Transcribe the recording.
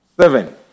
Seven